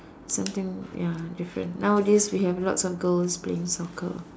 something ya different nowadays we have lots of girls playing soccer